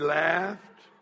laughed